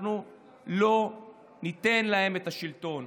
אנחנו לא ניתן להם את השלטון.